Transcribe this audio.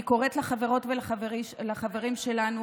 אני קוראת לחברות ולחברים שלנו,